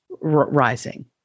rising